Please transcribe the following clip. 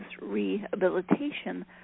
rehabilitation